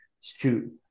shoot